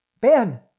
Ben